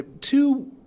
two